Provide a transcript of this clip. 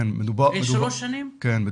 כן,